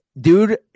Dude